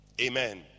Amen